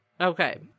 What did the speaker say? Okay